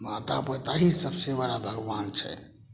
माता पिता ही सबसे बड़ा भगबान छै